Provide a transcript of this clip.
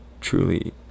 truly